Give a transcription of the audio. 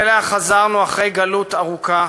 ירושלים שאליה חזרנו אחרי גלות ארוכה